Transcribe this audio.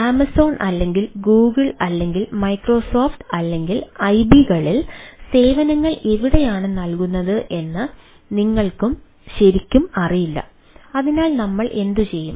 Amazon അല്ലെങ്കിൽ Google അല്ലെങ്കിൽ Microsoft അല്ലെങ്കിൽ ഐബികളിൽ സേവനങ്ങൾ എവിടെയാണ് നൽകുന്നത് എന്ന് നിങ്ങൾക്ക് ശരിക്കും അറിയില്ല അതിനാൽ നമ്മൾ എന്തുചെയ്യും